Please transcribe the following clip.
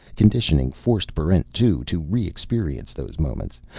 conditioning forced barrent two to re-experience those moments.